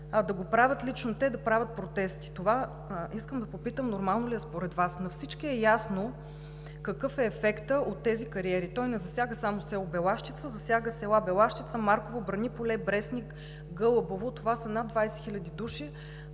да го правят лично те и да правят протести? Това искам да попитам нормално ли е според Вас? На всички е ясно какъв е ефектът от тези кариери? Той не засяга само село Белащица, а и селата Марково, Браниполе, Брестник, Гълъбово. Това са над 20 хиляди